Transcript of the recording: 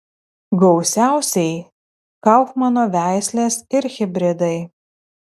gausiausiai kaufmano veislės ir hibridai